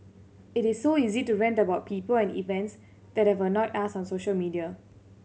it is so easy to rant about people and events that have annoyed us on social media